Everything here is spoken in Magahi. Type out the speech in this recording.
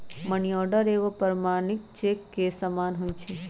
मनीआर्डर एगो प्रमाणिक चेक के समान होइ छै